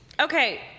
Okay